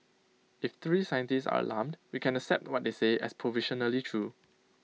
if three scientists are alarmed we can accept what they say as provisionally true